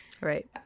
Right